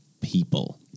people